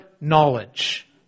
knowledge